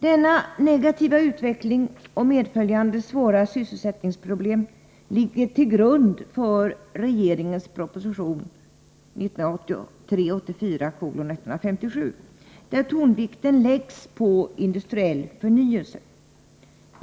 Denna negativa utveckling och medföljande svåra sysselsättningsproblem ligger till grund för regeringens proposition 1983/84:157, där tonvikten läggs på industriell förnyelse.